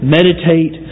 Meditate